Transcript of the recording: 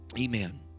Amen